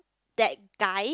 that guy